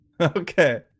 Okay